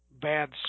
bad